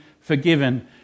forgiven